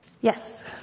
Yes